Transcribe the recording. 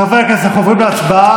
חברי הכנסת, אנחנו עוברים להצבעה.